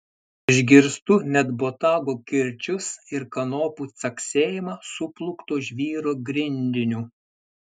išgirstu net botago kirčius ir kanopų caksėjimą suplūkto žvyro grindiniu